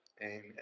Amen